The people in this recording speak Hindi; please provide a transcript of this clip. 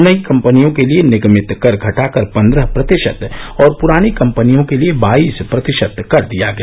नई कंपनियों के लिए निगमित कर घटाकर पन्द्रह प्रतिशत और पुरानी कंपनियों के लिए बाईस प्रतिशत कर दिया गया